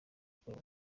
gukora